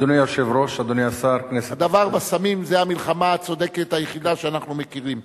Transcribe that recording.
המלחמה בסמים זו המלחמה הצודקת היחידה שאנחנו מכירים.